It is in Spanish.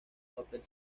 papel